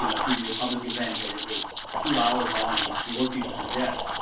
you know if we did a public event and it was two hours long, we bore people to death.